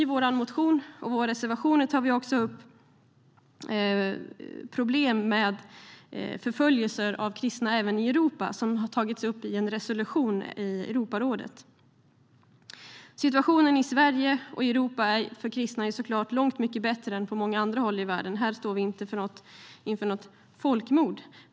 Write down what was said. I vår motion och i reservationen tar vi också upp problem med förföljelse av kristna även i Europa. Detta har tagits upp i en resolution i Europarådet. Situationen i Sverige och Europa för kristna är såklart långt mycket bättre än på många andra håll i världen. Här står vi inte inför något folkmord.